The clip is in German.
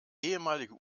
ehemalige